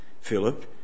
Philip